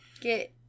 Get